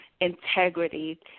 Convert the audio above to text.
integrity